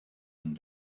and